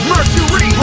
Mercury